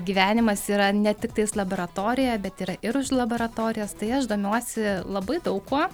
gyvenimas yra ne tiktais laboratorija bet yra ir už laboratorijos tai aš domiuosi labai daug kuo